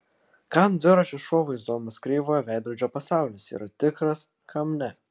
kam dviračio šou vaizduojamas kreivojo veidrodžio pasaulis yra tikras kam ne